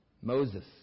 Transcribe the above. Moses